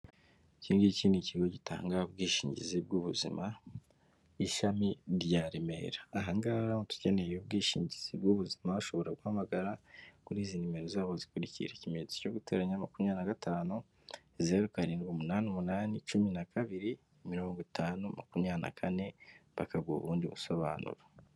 Iki ngiki ni ikigo gitanga ubwishingizi bw'ubuzima, ishami rya Remera. Aha ngaha uramutse ukeneye ubwishingizi bw'ubuzima, ubushobora guhamagara kuri izi nimero zabo zikurikira: ikimenyetso cyo guteranya, makumyabiri na gatanu zeru karindwi umunani umunani cumi na kabiri mirongo itanu makumyabiri na kane, bakaguha ubundi busobanuro.